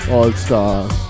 All-Stars